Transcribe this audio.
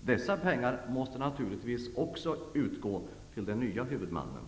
Dessa pengar måste naturligtvis utgå även till den nya huvudmannen.